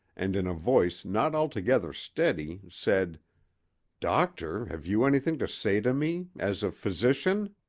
and in a voice not altogether steady, said doctor, have you anything to say to me as a physician?